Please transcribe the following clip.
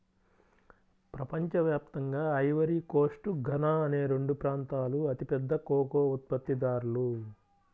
ప్రపంచ వ్యాప్తంగా Ivory Coast, Ghana అనే రెండు ప్రాంతాలూ అతిపెద్ద కోకో ఉత్పత్తిదారులు